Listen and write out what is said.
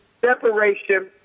separation